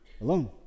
alone